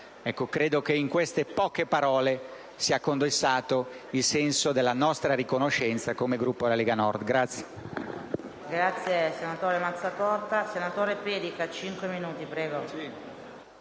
Credo che in queste poche parole sia condensato il senso della nostra riconoscenza come Gruppo della Lega Nord.